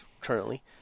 currently